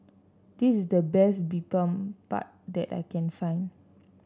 this the best Bibimbap that I can find